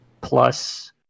Plus